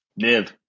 Niv